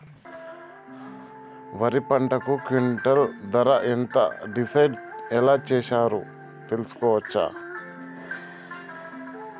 వరి పంటకు క్వింటా ధర ఎంత డిసైడ్ ఎలా చేశారు తెలుసుకోవచ్చా?